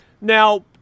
Now